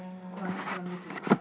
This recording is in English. you want you want me to